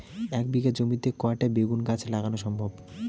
এক বিঘা জমিতে কয়টা বেগুন গাছ লাগানো সম্ভব?